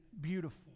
beautiful